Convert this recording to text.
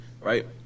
right